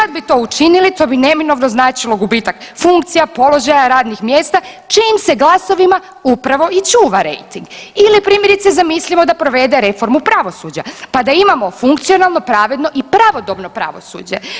Kad bi to učinili to bi neminovno značilo gubitak funkcija, položaja, radnih mjesta čijim se glasovima upravo i čuva rejting ili primjerice da provede reformu pravosuđa pa da imamo funkcionalno, pravedno i pravodobno pravosuđe.